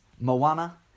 Moana